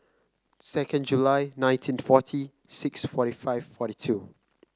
second July nineteen forty six forty five forty two